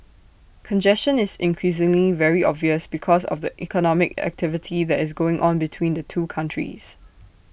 congestion is increasingly very obvious because of the economic activity that is going on between the two countries